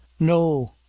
no!